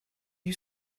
you